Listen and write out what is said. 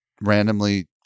randomly